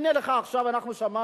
הנה לך, עכשיו, אנחנו שמענו